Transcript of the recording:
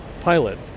pilot